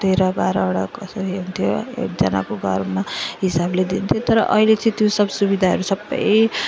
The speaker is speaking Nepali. तेह्र बाह्रवटा कसरी हुन्थ्यो एकजनाको घरमा हिसाबले दिन्थ्यो तर अहिले चाहिँ त्यो सब सुविधाहरू सब